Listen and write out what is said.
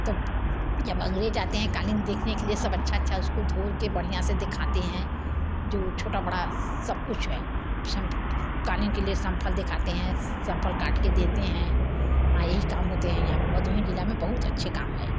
तो जब अंग्रेज़ आते हैं क़ालीन देखने के लिए सब अच्छा अच्छा है उसको धुल के बढ़िया से दिखाते हैं जो छोटा बड़ा सब कुछ है क़ालीन के लिए सम्फल दिखाते हैं सम्फल काट के देते हैं हाँ यही काम हाेते हैं यहाँ पर भदोही ज़िला में बहुत अच्छा काम है